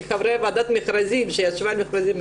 כחברי ועדת מכרזים שישבה על מכרזים,